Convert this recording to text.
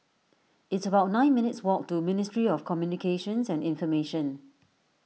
it's about nine minutes' walk to Ministry of Communications and Information